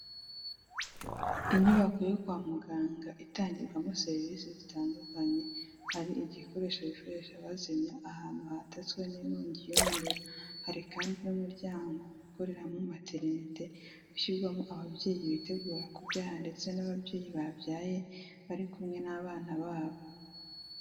Inyubako yo kwa muganga itangirwamo serivise zitandukanye, hari igikoresho bifashisha abazimye ahantu hatatswe n'inkongi y'umuriro, hari kandi n'umuryango ukoreramo maternet ushyirwamo ababyeyi bitegura kubyara ndetse n'ababyeyi babyaye, bari kumwe n'abana babo.